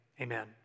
Amen